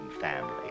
family